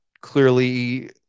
clearly